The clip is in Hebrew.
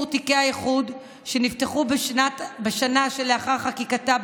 תיקי האיחוד שנפתחו בשנה שלאחר חקיקתה,